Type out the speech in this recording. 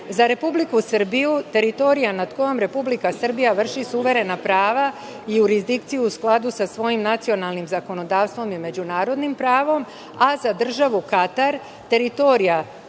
za Republiku Srbiju teritorija nad kojom Republika Srbija vrši suverena prava, jurisdikciju u skladu sa svojim nacionalnim zakonodavstvom i međunarodnim pravom, a za državu Katar teritorija,